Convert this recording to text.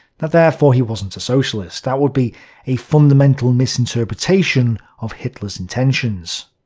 that therefore he wasn't a socialist. that would be a fundamental misinterpretation of hitler's intentions.